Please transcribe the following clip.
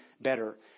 better